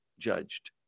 judged